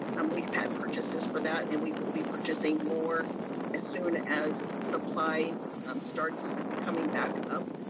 um we've had purchases for that and we will be purchasing more as soon as supply starts coming back up.